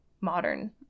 modern